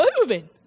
moving